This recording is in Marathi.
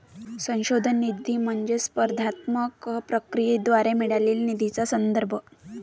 संशोधन निधी म्हणजे स्पर्धात्मक प्रक्रियेद्वारे मिळालेल्या निधीचा संदर्भ